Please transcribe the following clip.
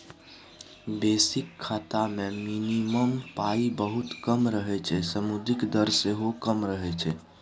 basic खाता मे minimum पाइ बहुत कम रहय छै सुदिक दर सेहो कम रहय छै